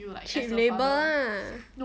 cheap labour lah